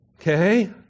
Okay